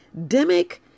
demic